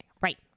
Right